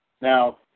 Now